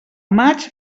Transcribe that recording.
maig